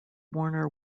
warner